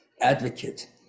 advocate